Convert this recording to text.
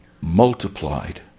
multiplied